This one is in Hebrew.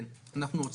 מעל 100 אלף, כן.